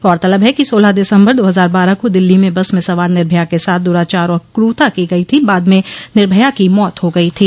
गौरतलब है कि सोलह दिसम्बर दो हजार बारह को दिल्ली में बस में सवार निर्भया के साथ दुराचार और क्रूरता की गई थी बाद में निर्भया की मौत हो गई थी